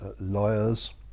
lawyers